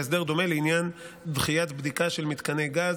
והסדר דומה לעניין דחיית בדיקה של מתקני גז,